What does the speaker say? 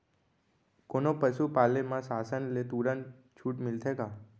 कोनो पसु पाले म शासन ले तुरंत छूट मिलथे का?